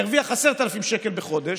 והרוויח 10,000 שקל בחודש,